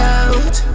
out